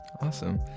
awesome